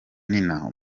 nina